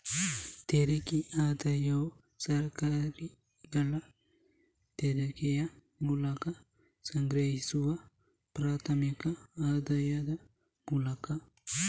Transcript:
ತೆರಿಗೆ ಆದಾಯವು ಸರ್ಕಾರಗಳು ತೆರಿಗೆಯ ಮೂಲಕ ಸಂಗ್ರಹಿಸುವ ಪ್ರಾಥಮಿಕ ಆದಾಯದ ಮೂಲ